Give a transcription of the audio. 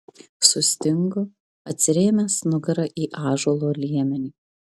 sustingo atsirėmęs nugara į ąžuolo liemenį